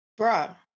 Bruh